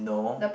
no